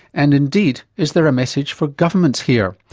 and indeed is there a message for governments here?